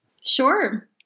Sure